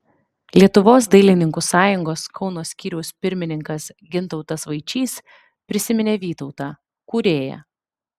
lietuvos dailininkų sąjungos kauno skyriaus pirmininkas gintautas vaičys prisiminė vytautą kūrėją